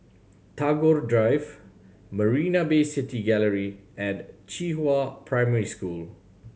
Tagore Drive Marina Bay City Gallery and Qihua Primary School